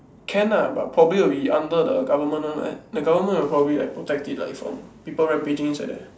can ah but probably will be under the government one right the government will probably like protect it from people rampaging inside there